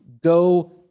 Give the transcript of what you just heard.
go